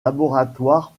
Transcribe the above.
laboratoire